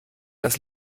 das